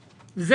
היה.